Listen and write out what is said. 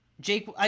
Jake